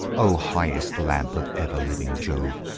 o highest lamp of ever-living jove,